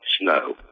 Snow